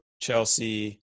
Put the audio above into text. Chelsea